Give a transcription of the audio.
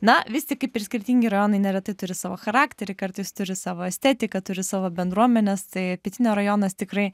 na vis tik kaip ir skirtingi rajonai neretai turi savo charakterį kartais turi savo estetiką turi savo bendruomenes tai pietinio rajonas tikrai